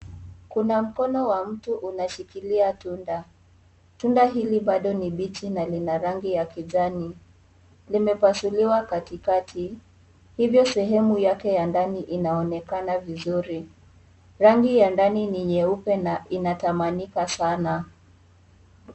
Kuna mkono wa mtu unashikilia tunda. Tunda hili bado ni bichi na lina rangi ya kijani. Limepasuliwa katikati hivyo sehemu yake ya ndani inaonekana vizuri. Rangi ya ndani ni nyeupe na inatamanika sana.